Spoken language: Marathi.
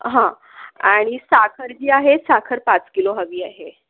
आणि साखर जी आहे साखर पाच किलो हवी आहे